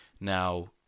now